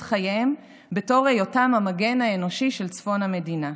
חייהם בתור היותם המגן האנושי של צפון המדינה.